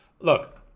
look